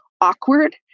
awkward